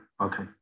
Okay